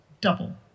double